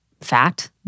fat